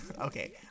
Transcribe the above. okay